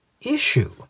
issue